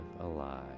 alive